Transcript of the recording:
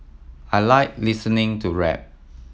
I like listening to rap